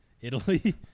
Italy